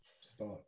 start